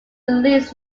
released